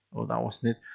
that wasn't it,